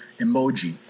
emoji